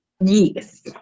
Yes